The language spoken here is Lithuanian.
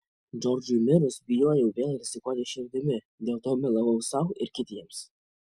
džordžui mirus bijojau vėl rizikuoti širdimi dėl to melavau sau ir kitiems